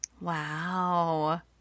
Wow